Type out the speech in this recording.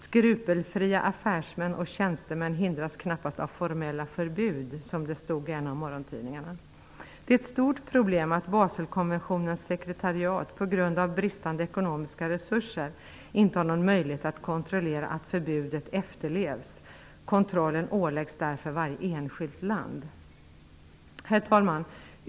Skrupelfria affärsmän och tjänstemän hindras knappast av formella förbud, som det stod i en av morgontidningarna. Det är ett stort problem att Baselkonventionens sekretariat på grund av bristande ekonomiska resurser inte har någon möjlighet att kontrollera att förbudet efterlevs. Kontrollen åläggs därför varje enskilt land. Herr talman!